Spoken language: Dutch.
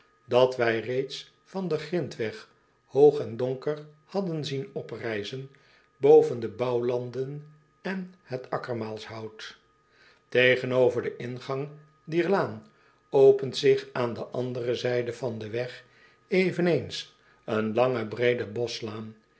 dat wij reeds van den grintweg hoog en donker hadden zien oprijzen boven de bouwlanden en het akkermaalshout tegenover den ingang dier laan opent zich aan de andere zijde van den weg eveneens een lange breede